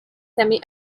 semi